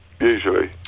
usually